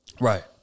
Right